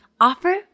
offer